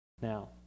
Now